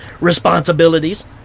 responsibilities